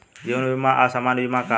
जीवन बीमा आ सामान्य बीमा का ह?